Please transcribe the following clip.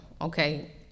okay